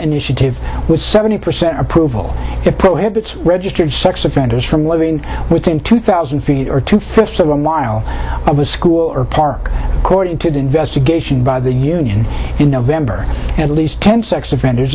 initiative with seventy percent approval it prohibits registered sex offenders from living within two thousand feet or two fifths of a mile of a school or park according to the investigation by the union in november at least ten sex offenders